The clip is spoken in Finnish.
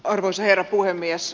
arvoisa herra puhemies